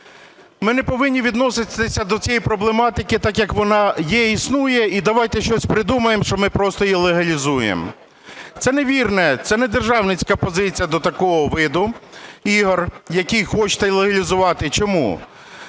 ми не повинні відноситися до цієї проблематики так як вона є і існує, і давайте щось придумаємо, що ми просто її легалізуємо. Це невірна, це не державницька позиція до такого виду ігор, який хочете легалізувати. Чому?